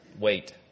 wait